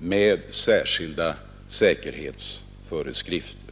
med särskilda säkerhetsföreskrifter.